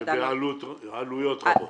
ועלויות רבות.